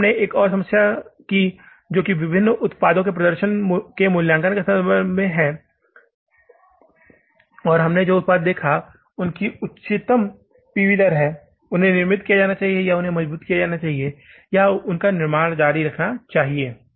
फिर हमने एक और समस्या की जो विभिन्न उत्पादों के प्रदर्शन के मूल्यांकन के संबंध में है और हमने जो उत्पाद देखा है उनकी उच्चतम पी वी दर है उन्हें निर्मित किया जाना चाहिए या उन्हें मजबूत किया जाना चाहिए या हमें उनका निर्माण जारी रखना चाहिए